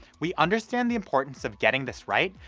we understand the importance of getting this right,